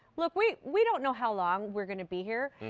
look, we we don't know how long we're going to be here.